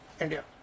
India